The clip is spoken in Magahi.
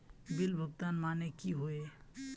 बिल भुगतान माने की होय?